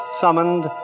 summoned